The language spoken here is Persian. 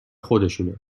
خودشونه